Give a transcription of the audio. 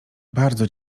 bardzo